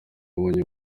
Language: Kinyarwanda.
yabonetse